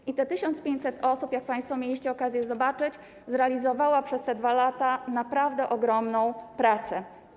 I te 1500 osób, jak państwo mieli okazję zobaczyć, zrealizowało, wykonało przez te 2 lata naprawdę ogromną pracę.